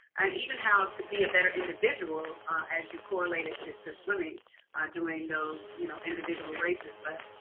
and even how to be a better individual as you correlate it to to swimming doing those you know individual races. but